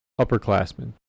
upperclassmen